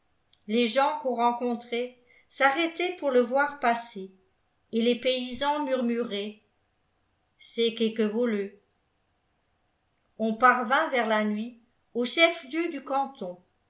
les gens qu'on rencontrait s'arrêtaient pour le voir passer et les paysans murmuraient c'est quéque voleux on parvint vers la nuit au chef-lieu du canton